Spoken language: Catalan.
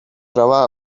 troba